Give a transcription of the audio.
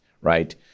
right